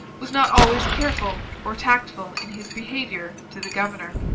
was not always careful or tactful in his behaviour to the governor.